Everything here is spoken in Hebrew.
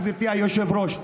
גברתי היושבת-ראש.